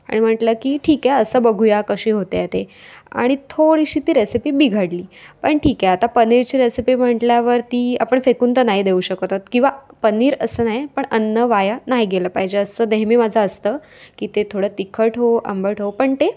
आणि म्हटलं की ठीक आहे असं बघूया कशी होते आहे ते आणि थोडीशी ती रेसिपी बिघडली पण ठीक आहे आता पनीरची रेसिपी म्हटल्यावरती आपण फेकून तर नाही देऊ शकत आहोत किंवा पनीर असं नाही पण अन्न वाया नाही गेलं पाहिजे असं नेहमी माझं असतं की ते थोडं तिखट होवो आंबट हो पण ते